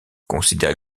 considéré